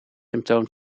symptoom